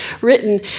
written